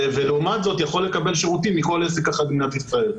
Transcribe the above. ולעומת זאת יכול לקבל שירותים מכל עסק אחר במדינת ישראל.